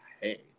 Hey